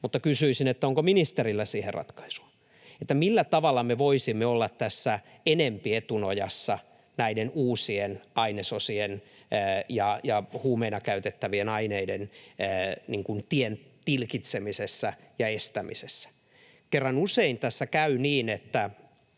mutta kysyisin, onko ministerillä siihen ratkaisua. Millä tavalla me voisimme olla tässä enemmän etunojassa näiden uusien ainesosien ja huumeina käytettävien aineiden tien tilkitsemisessä ja estämisessä, kun kerran usein tässä käy niin, että